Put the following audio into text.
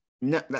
no